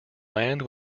land